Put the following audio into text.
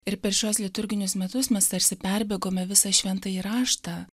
ir per šiuos liturginius metus mes tarsi perbėgome visą šventąjį raštą